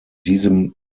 diesem